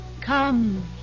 Come